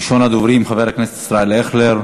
ראשון הדוברים, חבר הכנסת ישראל אייכלר.